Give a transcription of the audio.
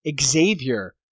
Xavier